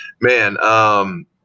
man